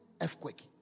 earthquake